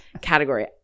category